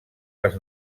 les